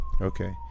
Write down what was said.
okay